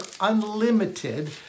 unlimited